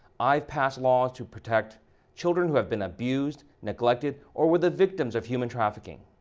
i've passed laws to protect children who have been abused, neglected, or were the victims of human trafficking.